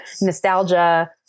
nostalgia